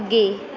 ਅੱਗੇ